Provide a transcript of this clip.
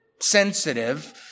sensitive